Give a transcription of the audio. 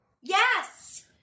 Yes